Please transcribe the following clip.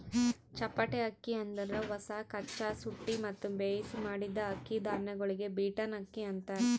ಚಪ್ಪಟೆ ಅಕ್ಕಿ ಅಂದುರ್ ಹೊಸ, ಕಚ್ಚಾ, ಸುಟ್ಟಿ ಮತ್ತ ಬೇಯಿಸಿ ಮಾಡಿದ್ದ ಅಕ್ಕಿ ಧಾನ್ಯಗೊಳಿಗ್ ಬೀಟನ್ ಅಕ್ಕಿ ಅಂತಾರ್